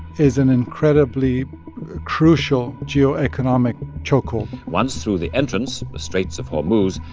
is an incredibly crucial geo-economic chokehold once through the entrance, the straits of hormuz,